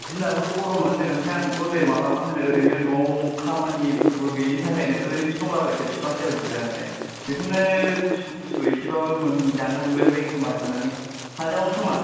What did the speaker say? दिनाबो गरमआनो ओमफ्राय आंथ' नै माबा मा होनो ओरैनो नआव खामानि फोरबो गैयैनि थाखायनो ओरैनोसो दंलाबायखायो बिफां सायायाव जिरायनानै बेखौनो गुसु गुसु एसेबाबो मोन जानो मोनबाय बायोखोमा साननानै थांजागोन खोमा